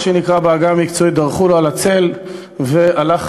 מה שנקרא בעגה המקצועית "דרכו לו על הצל" והלך